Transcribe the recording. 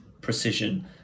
precision